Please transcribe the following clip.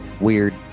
weird